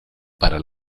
para